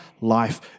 life